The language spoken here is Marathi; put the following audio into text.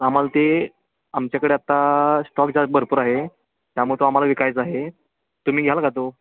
आम्हाला ते आमच्याकडे आत्ता स्टॉक जास्त भरपूर आहे त्यामुळे तो आम्हाला विकायचा आहे तुम्ही घ्याल का तो